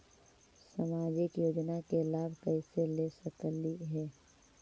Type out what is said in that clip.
सामाजिक योजना के लाभ कैसे ले सकली हे?